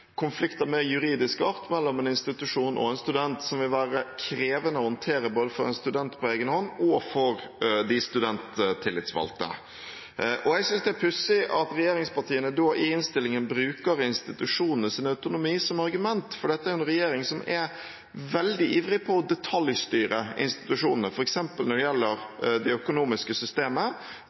studentombud med studentenes tillitsvalgte. De skal være studentenes stemme i universitets- og høyskoledemokratiet, mens en ombudsrolle, som vi her snakker om, ofte kommer inn i det øyeblikket man f.eks. har en konflikt av mer juridisk art mellom en institusjon og en student, som vil være krevende å håndtere både for en student på egen hånd og for de studenttillitsvalgte. Jeg synes det er pussig at regjeringspartiene i innstillingen bruker institusjonenes autonomi som argument, for dette